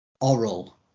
Oral